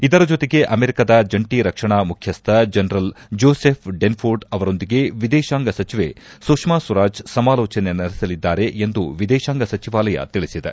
ಇದರ ಜೊತೆಗೆ ಅಮೆರಿಕದ ಜಂಟ ರಕ್ಷಣಾ ಮುಖ್ಯಸ್ನ ಜನರಲ್ ಜೋಸೆಫ್ ಡೆನ್ಫೋರ್ಡ್ ಅವರೊಂದಿಗೆ ವಿದೇತಾಂಗ ಸಚಿವೆ ಸುಷ್ನಾ ಸ್ವರಾಜ್ ಸಮಾಲೋಚನೆ ನಡೆಸಲಿದ್ದಾರೆ ಎಂದು ವಿದೇತಾಂಗ ಸಚಿವಾಲಯ ತಿಳಿಸಿದೆ